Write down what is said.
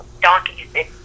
donkeys